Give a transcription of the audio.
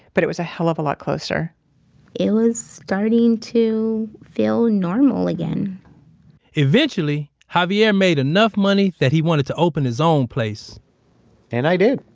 but it was a hell of a lot closer it was starting to feel normal again eventually, javier made enough money that he wanted to open his own place and i did!